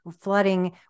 flooding